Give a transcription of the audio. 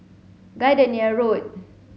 Gardenia Road